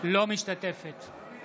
אינה משתתפת בהצבעה